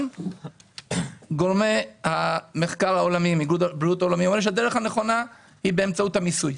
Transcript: ארגון הבריאות העולמי אומר שהדרך הנכונה היא באמצעות המיסוי.